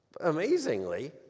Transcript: Amazingly